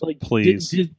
Please